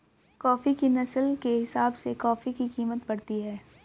coffee की नस्ल के हिसाब से कॉफी की कीमत बढ़ती है